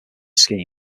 scheme